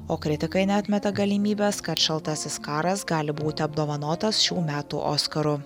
o kritikai neatmeta galimybės kad šaltasis karas gali būti apdovanotas šių metų oskaru